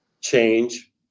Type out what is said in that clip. change